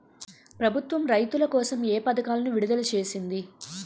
ప్రభుత్వం రైతుల కోసం ఏ పథకాలను విడుదల చేసింది?